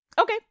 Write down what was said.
Okay